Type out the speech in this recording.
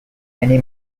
many